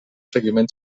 seguiment